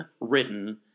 written